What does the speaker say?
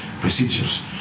procedures